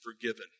forgiven